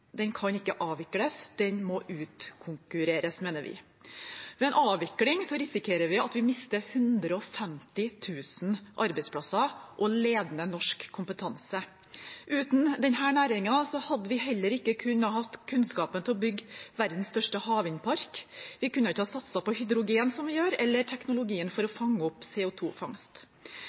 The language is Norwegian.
må utkonkurreres, mener vi. Ved en avvikling risikerer vi å miste 150 000 arbeidsplasser og ledende norsk kompetanse. Uten denne næringen hadde vi heller ikke kunnet ha kunnskapen til å bygge verdens største havvindpark, vi kunne ikke ha satset sånn på hydrogen som vi gjør, eller på teknologien for å fange opp